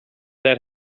that